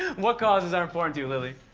what causes are important to you, lilly?